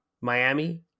Miami